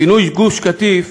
פינוי גוש-קטיף